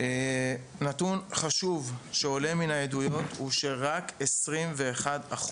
נתון חשוב שעולה מן העדויות הוא שרק 21%